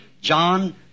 John